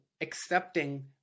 accepting